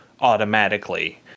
automatically